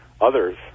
others